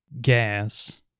gas